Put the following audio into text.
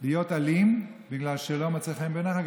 להיות אלים בגלל שלא מצא חן בעיניך,